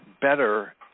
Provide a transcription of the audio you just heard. better